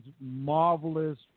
marvelous